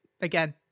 again